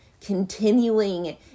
continuing